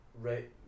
Right